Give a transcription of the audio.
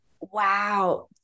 wow